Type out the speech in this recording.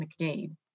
McDade